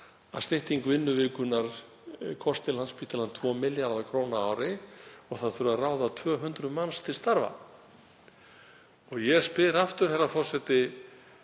að stytting vinnuvikunnar kosti Landspítalann 2 milljarða kr. á ári og það þurfi að ráða 200 manns til starfa. Ég spyr aftur, herra forseti: